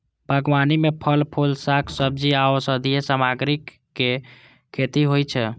बागबानी मे फल, फूल, शाक, सब्जी आ औषधीय सामग्रीक खेती होइ छै